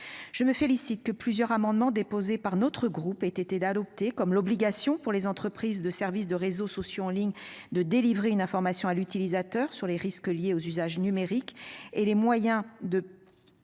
Je me félicite que plusieurs amendements déposés par notre groupe d'adopter, comme l'obligation pour les entreprises de service de réseaux sociaux en ligne de délivrer une information à l'utilisateur sur les risques liés aux usages numériques et les moyens de.